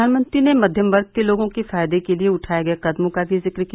प्रधानमंत्री ने मध्यम वर्ग के लोगों के फायदे के लिए उठाए गये कदमों का भी जिक्र किया